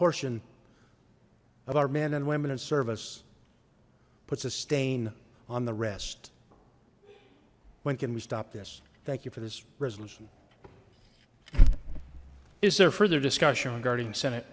portion of our men and women and service puts a stain on the rest when can we stop this thank you for this resolution is there further discussion on guardian senate